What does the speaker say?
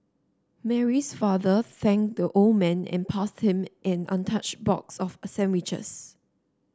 Mary's father thanked the old man and passed him an untouched box of a sandwiches